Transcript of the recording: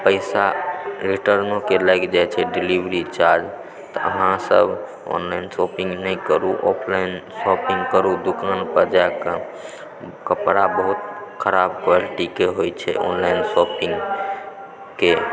पैसा रिटर्नो के लागि जाइ छै डिलेवरी चार्ज तऽ अहाँसभ ऑनलाइन शॉपिंग नहि करू ऑफलाइन शॉपिंग करू दुकान पर जाकेँ कपड़ा बहुत खराब क्वालिटीके होइ छै ऑनलाइन शॉपिंगके